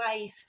life